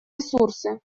ресурсы